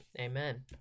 Amen